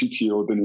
CTO